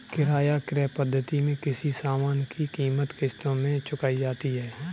किराया क्रय पद्धति में किसी सामान की कीमत किश्तों में चुकाई जाती है